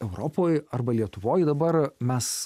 europoj arba lietuvoje dabar mes